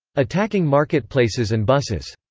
attacking marketplaces and buses.